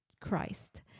Christ